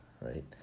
right